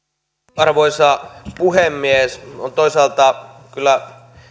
arvoisa puhemies toisaalta kyllä